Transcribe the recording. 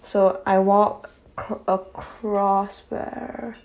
so I walk acr~ across where